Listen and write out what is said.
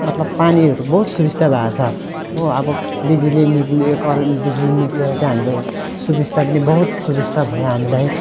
मतलब पानीहरू बहुत सुबिस्ता भएको छ हो अब बिजुली निस्कियो करेन्ट बिजुली निस्केर चाहिँ हामीलाई सुबिस्ता पनि बहुत सुबिस्ता भयो हामीलाई